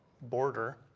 border